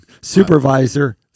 Supervisor